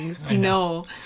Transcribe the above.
No